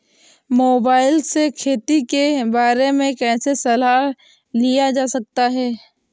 Mobile से खेती के बारे कैसे सलाह लिया जा सकता है?